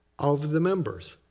of the members.